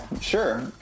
sure